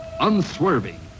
unswerving